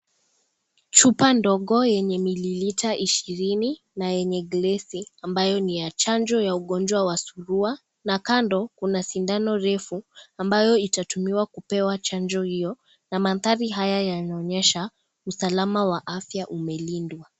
Chupa ndogo yenye mililita ishirini na yenye glesi, ambayo ni ya chanjo ya ugonjwa wa suruwa na kando kuna sindano refu ambayo itatumiwa kupewa chanjo hiyo, na mandhari haya, yanaonyesha usalama wa afya umelindwa.